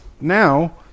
Now